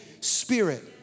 Spirit